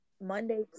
Monday